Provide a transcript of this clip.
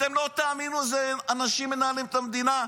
אתם לא תאמינו איזה אנשים מנהלים את המדינה,